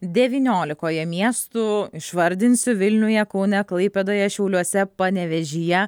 devyniolikoje miestų išvardinsiu vilniuje kaune klaipėdoje šiauliuose panevėžyje